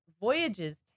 voyages